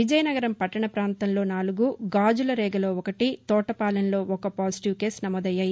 విజయనగరం పట్లణ ప్రాంతంలో నాలుగు గాజులరేగలో ఒకటితోటపాలెంలో ఒక పాజిటివ్ కేసు నమోదయ్యాయి